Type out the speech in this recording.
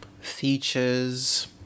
features